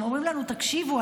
הם אומרים לנו: תקשיבו,